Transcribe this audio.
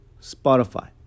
Spotify